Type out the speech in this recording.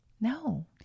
no